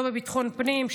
לא בביטחון פנים,